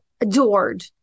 adored